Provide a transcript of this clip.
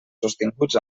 sostinguts